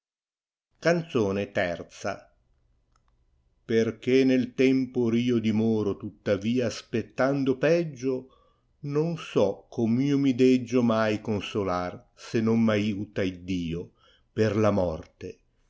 canzone lu p erchè nel tempo rio dimoro tuttavia aspettando peggio non so come io mi deggio mai consolar se non m'aiuta iddio per la morte